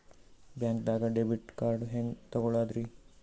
ಬ್ಯಾಂಕ್ದಾಗ debit card ಹೆಂಗ್ ತಗೊಳದ್ರಿ?